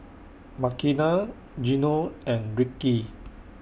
Makena Gino and Rickey